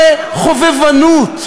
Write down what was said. זו חובבנות.